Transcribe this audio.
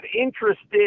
interested